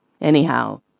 Anyhow